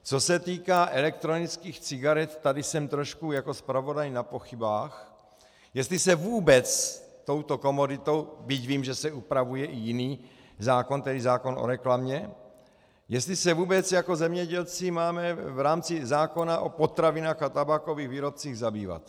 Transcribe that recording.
Co se týká elektronických cigaret, tady jsem trošku jako zpravodaj na pochybách, jestli se vůbec touto komoditou, byť vím, že se upravuje i jiný zákon, tedy zákon o reklamě, jestli se vůbec jako zemědělci máme v rámci zákona o potravinách a tabákových výrobcích zabývat.